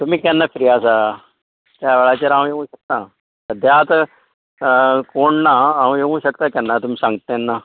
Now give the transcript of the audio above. तुमी केन्ना फ्री आसा त्या वेळाचेर हांव योंव शकता सद्या आतां कोण ना हांव येवूं शकता तुमी सांगता तेन्ना